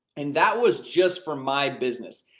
and that was just for my business.